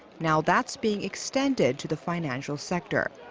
now that's being extended to the financial sector.